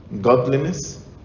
godliness